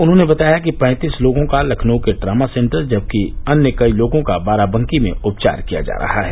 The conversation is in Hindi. उन्होंने बताया कि पैंतीस लोगों का लखनऊ के ट्रामा सेंटर जबकि अन्य कई लोगों का बाराबंकी में उपचार किया जा रहा है